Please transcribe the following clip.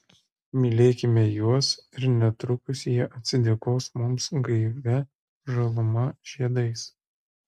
mylėkime juos ir netrukus jie atsidėkos mums gaivia žaluma žiedais